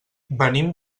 venim